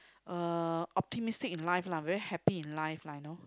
uh optimistic in life lah very happy in life lah you know